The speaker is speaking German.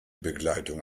begleitung